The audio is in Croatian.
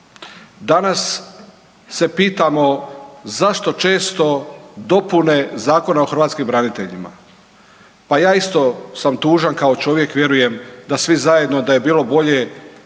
Danas se pitamo zašto često dopune Zakona o hrvatskim braniteljima. Pa ja isto sam tužan kao čovjek vjerujem da svi zajedno da je bilo bolje,